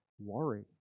worry